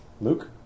Luke